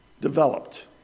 developed